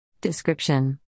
Description